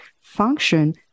function